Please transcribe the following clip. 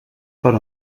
per